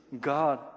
god